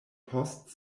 post